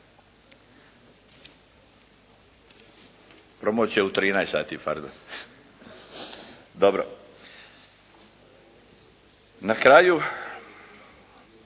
Promocija je u 13,00 sati. Pardon. Dobro. Na kraju,